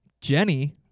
Jenny